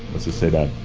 let's just say that